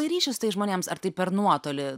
ryšius su tais žmonėms ar tai per nuotolį